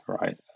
right